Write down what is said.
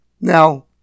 Now